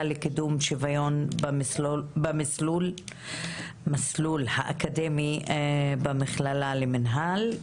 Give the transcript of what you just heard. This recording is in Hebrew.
לקידום השיוויון במסלול האקדמי במכללה למינהל.